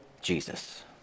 Jesus